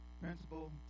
principal